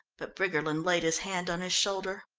but briggerland laid his hand on his shoulder.